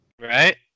Right